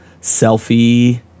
selfie